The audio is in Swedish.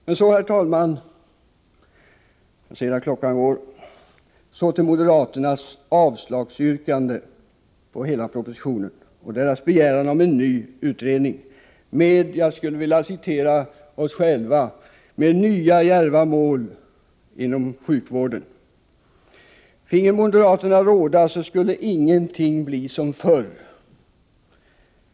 Men så, herr talman — jag ser att klockan går — till moderaternas yrkande om avslag på hela propositionen och deras begäran om ny utredning med — för att använda våra egna ord — nya djärva mål inom sjukvården. Finge moderaterna råda skulle ingenting bli som förr.